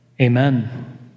Amen